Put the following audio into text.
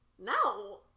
No